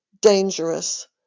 dangerous